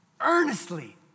earnestly